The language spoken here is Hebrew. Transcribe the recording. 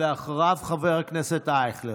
אחריו, חבר הכנסת אייכלר.